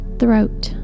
throat